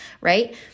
right